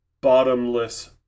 bottomless